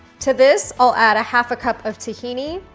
to this i'll add a half a cup of tahini,